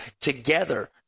together